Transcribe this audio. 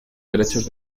derechos